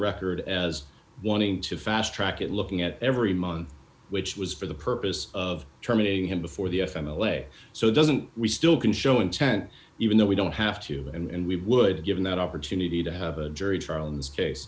record as wanting to fast track it looking at every month which was for the purpose of terminating him before the f m away so it doesn't we still can show intent even though we don't have to and we would give him that opportunity to have a jury trial in this case